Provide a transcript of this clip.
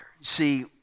See